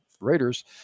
Raiders